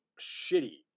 shitty